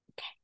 Okay